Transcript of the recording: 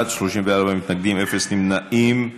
מתנגדים, אפס נמנעים.